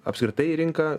apskritai į rinką